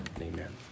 Amen